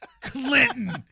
Clinton